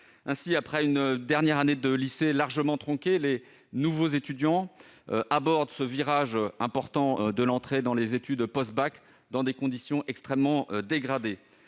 jeunes. Après une dernière année de lycée largement tronquée, les nouveaux étudiants abordent le virage important de l'entrée dans les études supérieures dans des conditions extrêmement dégradées.